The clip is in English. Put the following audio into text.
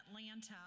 Atlanta